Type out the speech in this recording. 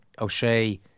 O'Shea